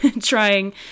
trying